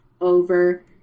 over